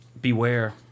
Beware